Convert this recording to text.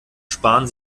sparen